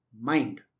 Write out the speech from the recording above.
mind